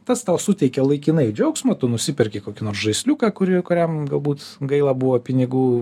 tas tau suteikia laikinai džiaugsmą tu nusiperki kokį nors žaisliuką kurį kuriam galbūt gaila buvo pinigų